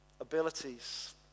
abilities